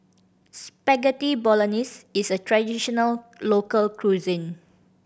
Spaghetti Bolognese is a traditional local cuisine